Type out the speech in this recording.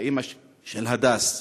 אימא של הדס.